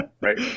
Right